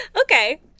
Okay